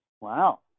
Wow